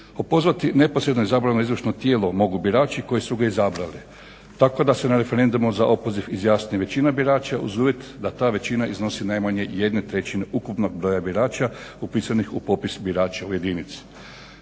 Opozvati neposredno izabrano izvršno tijelo mogu birači koji su ga izabrali, tako da se na referendumu za opoziv izjasni većina birača uz uvjet da ta većina iznosi najmanje jednu trećinu ukupnog broja birača upisanih u popis birača u jedinici.